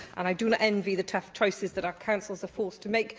and i do not envy the tough choices that our councils are forced to make,